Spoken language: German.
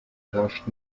herrscht